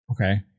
Okay